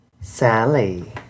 Sally